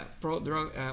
pro-drug